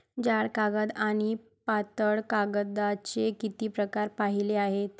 जाड कागद आणि पातळ कागदाचे किती प्रकार पाहिले आहेत?